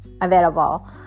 available